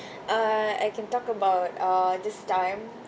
uh I can talk about uh this time